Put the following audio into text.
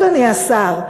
אדוני השר.